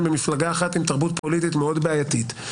מאותה מפלגה עם תרבות פוליטית מאוד בעייתית,